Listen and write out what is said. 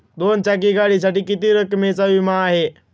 दोन चाकी गाडीसाठी किती रकमेचा विमा आहे?